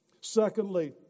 Secondly